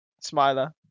Smiler